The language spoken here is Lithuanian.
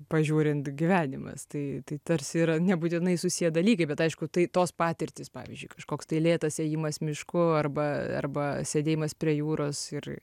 pažiūrint gyvenimas tai tai tarsi yra nebūtinai susiję dalykai bet aišku tai tos patirtys pavyzdžiui kažkoks tai lėtas ėjimas mišku arba arba sėdėjimas prie jūros ir